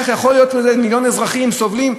איך יכול להיות שמיליון אזרחים סובלים?